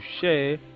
share